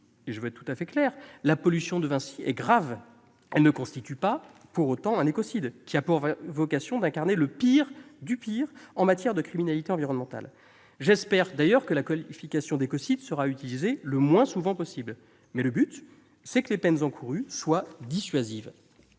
Dans mon esprit, la pollution provoquée par Vinci est grave. Elle ne constitue pas pour autant un écocide, qui a vocation à incarner le pire du pire en matière de criminalité environnementale. J'espère d'ailleurs que la qualification d'écocide sera utilisée le moins souvent possible. Le but, c'est que les peines encourues soient dissuasives.